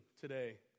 today